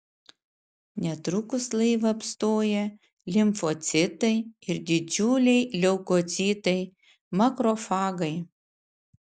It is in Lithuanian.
netrukus laivą apstoja limfocitai ir didžiuliai leukocitai makrofagai